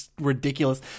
ridiculous